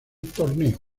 torneo